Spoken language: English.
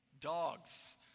Dogs